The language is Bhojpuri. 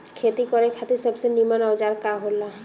खेती करे खातिर सबसे नीमन औजार का हो ला?